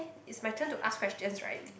eh it's my turn to ask questions right